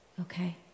Okay